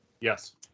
Yes